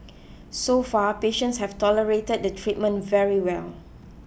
so far patients have tolerated the treatment very well